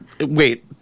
Wait